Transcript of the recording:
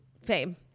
Fame